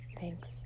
Thanks